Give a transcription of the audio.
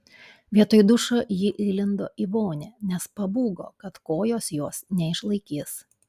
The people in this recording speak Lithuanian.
vietoj dušo ji įlindo į vonią nes pabūgo kad kojos jos neišlaikys